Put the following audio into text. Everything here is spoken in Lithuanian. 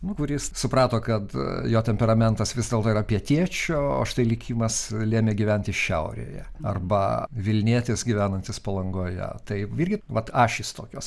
nu kur jis suprato kad jo temperamentas vis dėlto yra pietiečio o štai likimas lėmė gyventi šiaurėje arba vilnietis gyvenantis palangoje tai irgi vat ašys tokios